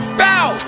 bow